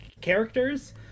characters